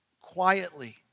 quietly